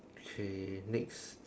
okay next